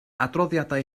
adroddiadau